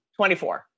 24